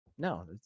No